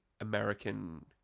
American